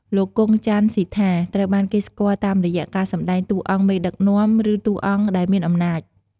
លោក គង់ ចាន់ស៊ីថា ត្រូវបានគេស្គាល់តាមរយៈការសម្តែងតួអង្គមេដឹកនាំ ឬតួអង្គដែលមានអំណាច។